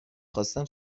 خواستم